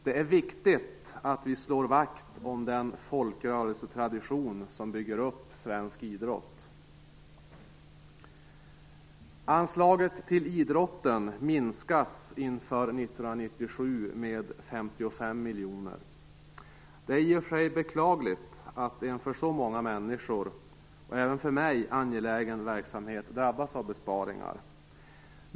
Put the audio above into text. Det är viktigt att vi slår vakt om den folkrörelsetradition som bygger upp svensk idrott. miljoner. Det är i och för sig beklagligt att en för så många människor, och även för mig, angelägen verksamhet drabbas av besparingar.